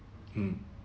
mm